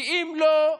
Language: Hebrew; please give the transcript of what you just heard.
כי אם לא,